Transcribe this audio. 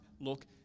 look